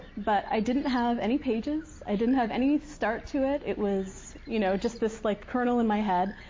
but i didn't have any pages. i didn't have any start to it. it was you know just this like kernel in my head.